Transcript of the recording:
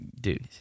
dude